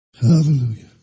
Hallelujah